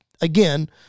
again